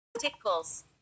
Tickles